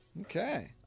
Okay